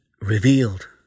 revealed